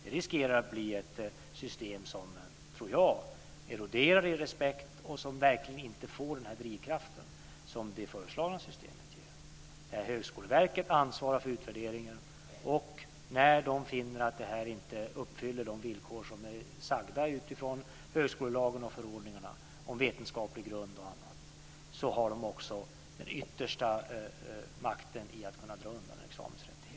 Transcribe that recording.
Det riskerar att bli ett system som eroderar i respekt och som verkligen inte får en sådan drivkraft som det föreslagna systemet ger, där Högskoleverket ansvarar för utvärderingen, och när man finner att villkoren i högskolelagen och förordningarna inte är uppfyllda om vetenskaplig grund och annat har man också den yttersta makten att kunna dra in examensrättigheten.